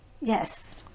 Yes